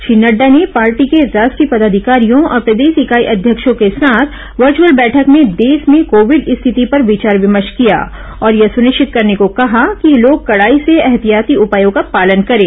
श्री नड्डा ने पार्टी के राष्ट्रीय पदाधिकारियों और प्रदेश इकाई अध्यक्षों के साथ वर्चअल बैठक में देश में कोविड स्थिति पर विचार विमर्श किया और यह सुनिश्चित करने को कहा कि लोग कड़ाई से एहतियाती उपायों का पालन करें